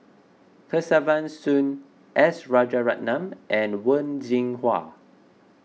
Kesavan Soon S Rajaratnam and Wen Jinhua